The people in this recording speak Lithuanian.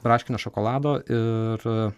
braškinio šokolado ir